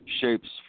shapes